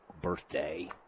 birthday